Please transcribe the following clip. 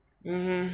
mm